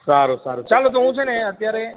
સારુ સારુ ચાલો તો હું છે ને અત્યારે